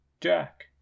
Jack